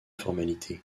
formalité